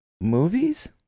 movies